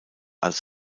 als